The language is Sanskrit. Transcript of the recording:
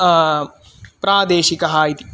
प्रादेशिकः इति